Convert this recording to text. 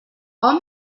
hom